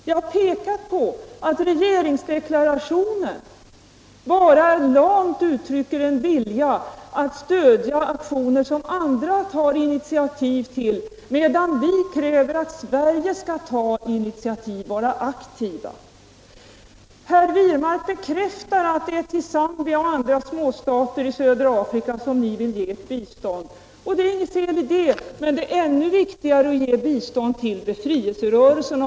Jag har framhållit att regeringsdeklarationen bara lamt uttrycker en vilja att stödja aktioner som andra tar initiativ till, medan vi kräver att Sverige skall ta initiativ, vara aktivt. Sedan bekräftar herr Wirmark att det är till Zambia och andra småstater i södra Afrika som ni vill ge ert bistånd. Och det är inget fel i det, men det är ännu viktigare att ge bistånd till befrielserörelserna.